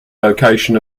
location